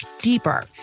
deeper